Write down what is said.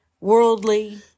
worldly